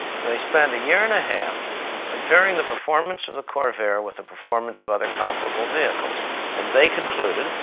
they spent a year and a half comparing the performance of the corvair with the performance of other comparable vehicles and they concluded,